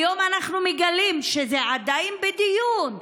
היום אנחנו מגלים שזה עדיין בדיון,